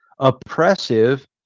oppressive